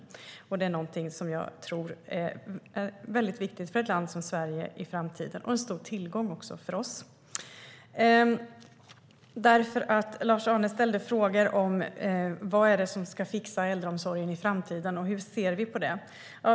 Det är någonting som jag tror är viktigt för ett land som Sverige i framtiden och även en stor tillgång för oss. Lars-Arne ställde frågor om vad som ska fixa äldreomsorgen i framtiden och hur vi ser på det.